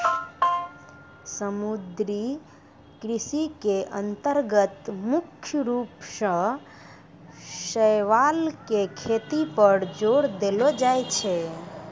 समुद्री कृषि के अन्तर्गत मुख्य रूप सॅ शैवाल के खेती पर जोर देलो जाय छै